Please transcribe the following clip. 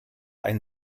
ein